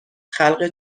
خلق